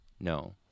No